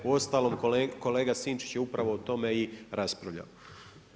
Uostalom kolega Sinčić je upravo o tome i raspravljao.